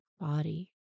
body